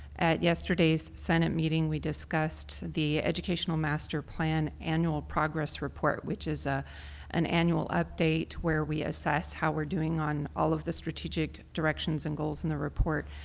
at yesterday's senate meeting we discussed the educational master plan annual progress report, which is ah an annual update where we assess how we are doing on all of the strategic directions and goals in the report